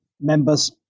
members